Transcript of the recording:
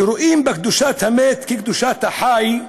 שרואים בקדושת המת כקדושת החי,